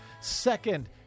second